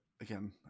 again